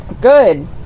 Good